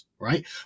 right